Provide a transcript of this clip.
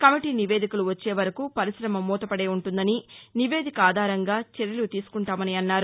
committee నివేదికలు వచ్చేవరకు పరిశమ మూతపదే ఉంటుందని నివేదిక ఆధారంగా చర్యలు తీసుకుంటామన్నారు